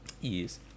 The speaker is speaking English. Yes